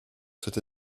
c’est